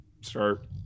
start